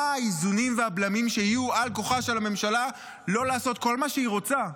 מה האיזונים והבלמים שיהיו על כוחה של הממשלה לא לעשות כל מה שהיא רוצה?